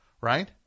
right